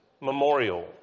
memorial